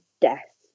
death